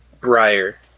Briar